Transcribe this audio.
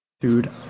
dude